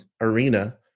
arena